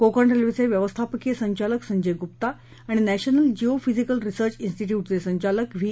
कोकण रेल्वेचे व्यवस्थापकीय संचालक संजय गुप्ता आणि नध्मिल जियोफिजिकल रिसर्च इन्स्टिट्यूटचे संचालक व्ही